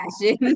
fashion